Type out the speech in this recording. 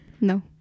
No